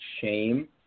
shame